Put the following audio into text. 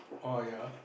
oh ya